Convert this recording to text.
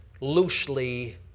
loosely